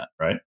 right